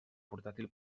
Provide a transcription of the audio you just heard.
portàtil